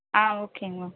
ஆ ஓகேங்க மேம்